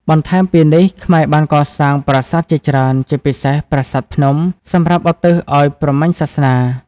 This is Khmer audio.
បន្ថែមពីនេះ ខ្មែរបានកសាងប្រាសាទជាច្រើន ជាពិសេសប្រាសាទភ្នំ សម្រាប់ឧទ្ទិសឱ្យព្រហ្មញ្ញសាសនា។